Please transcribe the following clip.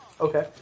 Okay